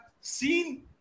seen